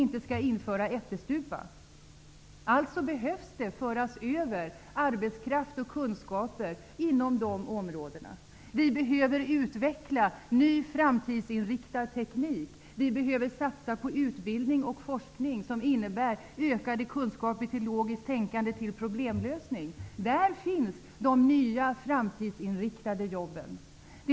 Det behöver alltså föras in arbetskraft och kunskaper på de områdena. Vi behöver utveckla ny, framtidsinriktad teknik. Vi behöver satsa på utbildning och forskning som innebär ökade kunskaper och bidrar till logiskt tänkande och problemlösning. Där finns de nya framtidsinriktade jobben.